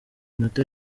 inota